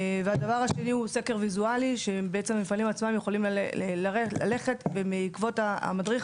הדבר השני הוא סקר ויזואלי שהמפעלים עצמם יכולים ללכת בעקבות המדריך